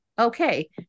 okay